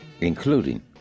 including